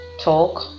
talk